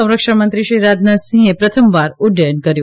સંરક્ષણમંત્રીશ્રી રાજનાથસિંહે પ્રથમવાર ઉફ્ટયન કર્યું